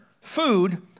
food